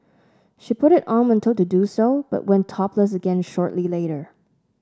she put it on when told to do so but went topless again shortly later